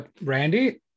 Randy